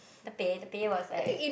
the pay the pay was like